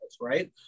right